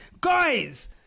guys